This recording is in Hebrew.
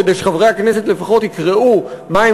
כדי שחברי הכנסת לפחות יקראו מה הם